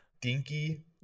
Dinky